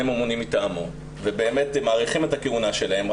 ממונים מטעמו ובאמת מאריכים את הכהונה שלהם.